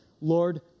Lord